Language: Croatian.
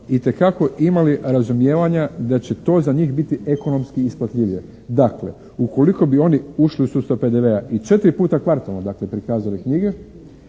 itekako imali razumijevanja da će to za njih biti ekonomski isplativije. Dakle, ukoliko bi oni ušli u sustav PDV-a i 4 puta kvartalno, dakle, prikazali knjige,